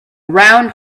round